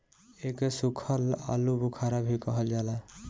एके सुखल आलूबुखारा भी कहल जाला